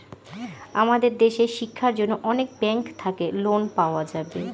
আমাদের দেশের শিক্ষার জন্য অনেক ব্যাঙ্ক থাকে লোন পাওয়া যাবে